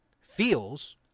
feels